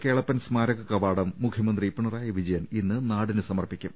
കേളപ്പൻ സ്മാരക കവാടം മുഖ്യമന്ത്രി പിണ റായി വിജയൻ ഇന്ന് നാടിന് സമർപ്പിക്കും